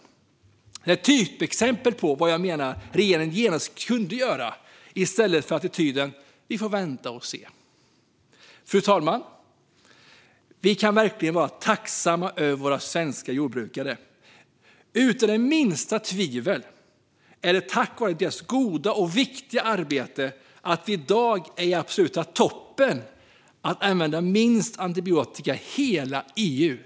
Det här är ett typexempel på vad jag menar att regeringen genast kan göra i stället för att inta attityden att vänta och se. Fru talman! Vi kan verkligen vara tacksamma över våra svenska jordbrukare. Det råder inte minsta tvivel om att det är tack vare deras goda och viktiga arbete som Sverige i dag är i absoluta toppen när det gäller att använda minst antibiotika i hela EU.